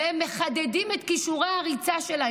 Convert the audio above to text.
והם מחדדים את כישורי הריצה שלהם.